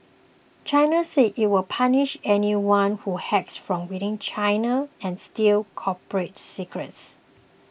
China says it will punish anyone who hacks from within China or steals corporate secrets